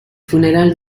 funeral